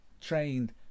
trained